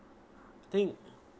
think